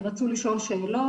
רצו לשאול שאלות.